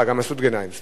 גם מסעוד גנאים נמצא.